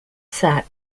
sat